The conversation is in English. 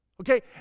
Okay